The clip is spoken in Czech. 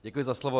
Děkuji za slovo.